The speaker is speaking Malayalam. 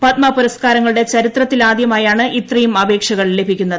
പദ്മ പുരുസ്ക്കാർങ്ങളുടെ ചരിത്രത്തിലാദ്യമാ യാണ് ഇത്രയും അപേക്ഷകൾ പ്രിിക്കുന്നത്